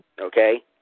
Okay